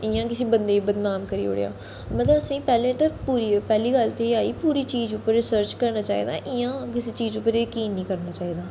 इ'यां गै उसी बंदे बदनाम करी ओड़ेआ मतलब असें पह्ले ते पैह्ली गल्ल ते एह् आई पूरी गल्ल पर रिसर्च करनी चाहिदी इ'यां किसै चीज पर जकीन नी करना चाहिदा